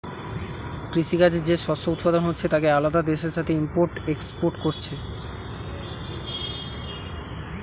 কৃষি কাজে যে শস্য উৎপাদন হচ্ছে তাকে আলাদা দেশের সাথে ইম্পোর্ট এক্সপোর্ট কোরছে